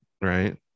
right